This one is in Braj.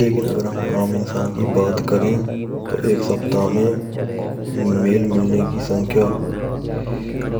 Lekin agar ham aam insan ki bat Kare to ek saptah me mail milne ki sankhya